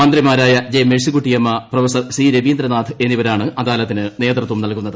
മന്ത്രിമാരായ J Mercykuttyamma prof C Raveendranath എന്നിവരാണ് അദാലത്തിന് നേതൃത്വം നൽക്കുന്നത്